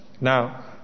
Now